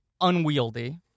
unwieldy